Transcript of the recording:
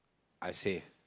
I'll say